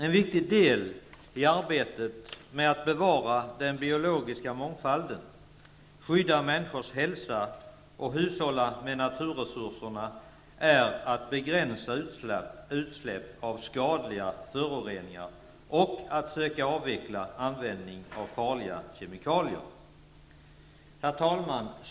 En viktig del i arbetet med att bevara den biologiska mångfalden, skydda människors hälsa och hushålla med naturresurserna är att begränsa utsläpp av skadliga föroreningar och att söka avveckla användningen av farliga kemikalier. Herr talman!